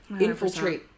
infiltrate